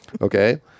Okay